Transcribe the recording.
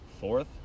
fourth